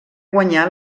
guanyà